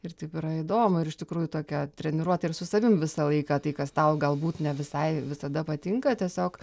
ir taip yra įdomu ir iš tikrųjų tokia treniruotė ir su savim visą laiką tai kas tau galbūt ne visai visada patinka tiesiog